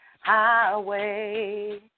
Highway